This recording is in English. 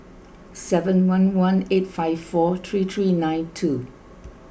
seven one one eight five four three three nine two